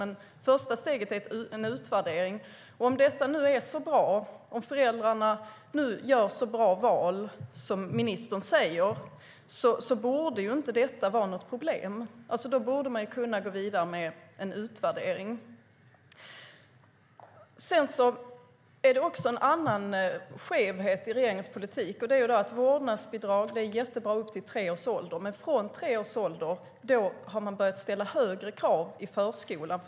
Men första steget är en utvärdering. Om detta nu är så bra, om föräldrarna nu gör så bra val som ministern säger, borde inte detta vara något problem. Då borde man kunna gå vidare med en utvärdering. Det finns också en annan skevhet i regeringens politik. Vårdnadsbidrag är jättebra upp till tre års ålder, men från tre års ålder börjar det ställas högre krav i förskolan.